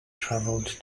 travelled